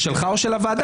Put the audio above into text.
זה שלך או של הוועדה?